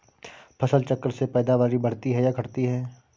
फसल चक्र से पैदावारी बढ़ती है या घटती है?